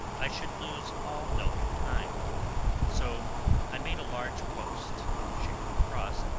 i should lose all note of time so i made a large post, in the shape of a cross,